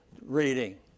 reading